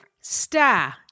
star